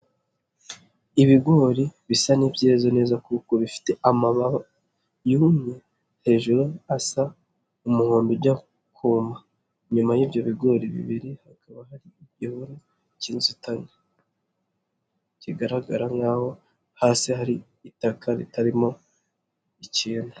Ibigori bisa n'ibyze neza kuko bifite amababi yumye hejuru asa n'umuhondo ujya kuma inyuma y'ibyo bigori bibiri hakaba hari igihuru cy'inzitan kigaragara nk'aho hasi hari itaka ritarimo ikintu.